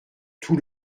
tout